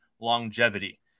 longevity